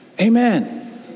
Amen